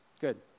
Good